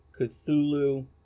Cthulhu